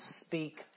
speak